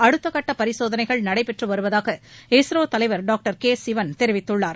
அடுத்தக்கட்ட பரிசோதனைகள் நடைபெற்று வருவதாக இஸ்ரோ தலைவர் டாங்டர் கே சிவன் தெரிவித்துள்ளார்